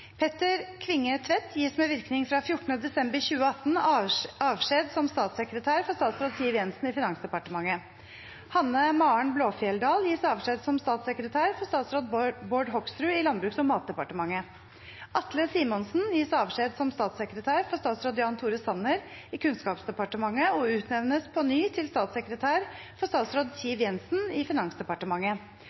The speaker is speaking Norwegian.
Petter Kvinge Tvedt gis med virkning fra 14. desember 2018 avskjed som statssekretær for statsråd Siv Jensen i Finansdepartementet. Hanne-Maren Blåfjelldal gis avskjed som statssekretær for statsråd Bård Hoksrud i Landbruks- og matdepartementet. Atle Simonsen gis avskjed som statssekretær for statsråd Jan Tore Sanner i Kunnskapsdepartementet og utnevnes på ny til statssekretær for statsråd Siv Jensen i Finansdepartementet.